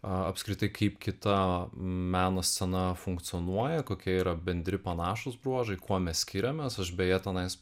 apskritai kaip kita meno scena funkcionuoja kokie yra bendri panašūs bruožai kuo mes skiriamės aš beje tenais